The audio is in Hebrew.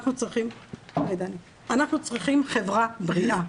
אנחנו צריכים חברה בריאה.